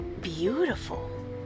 beautiful